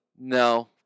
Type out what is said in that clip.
No